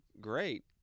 great